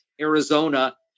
Arizona